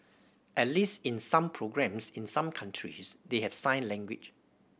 at least in some programmes in some countries they have sign language